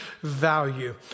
value